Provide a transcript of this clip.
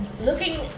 looking